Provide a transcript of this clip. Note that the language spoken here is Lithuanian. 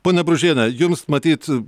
ponia bružiene jums matyt